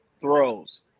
throws